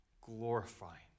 glorifying